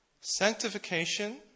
Sanctification